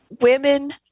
women